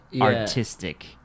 artistic